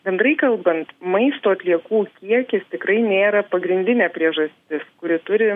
bendrai kalbant maisto atliekų kiekis tikrai nėra pagrindinė priežastis kuri turi